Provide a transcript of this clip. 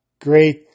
great